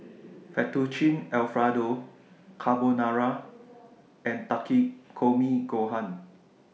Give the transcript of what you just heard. Fettuccine Alfredo Carbonara and Takikomi Gohan